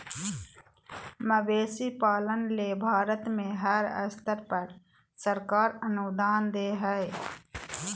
मवेशी पालन ले भारत में हर स्तर पर सरकार अनुदान दे हई